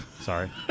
Sorry